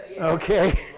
Okay